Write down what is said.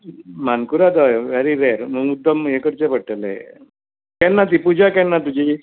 मानकुराद हय very rare मुद्दम हें करचें पडटलें केन्ना ती पुजा केन्ना तुजी